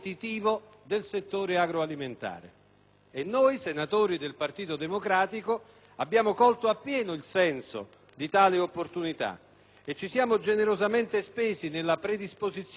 Noi senatori del Partito Democratico abbiamo colto appieno il senso di tale opportunità e ci siamo generosamente spesi nella predisposizione di alcuni importanti emendamenti,